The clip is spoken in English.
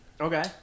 Okay